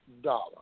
Dollar